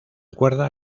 cuerda